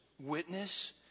witness